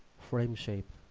frame shape